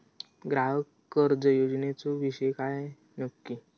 ग्राहक कर्ज योजनेचो विषय काय नक्की?